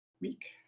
week